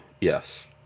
Yes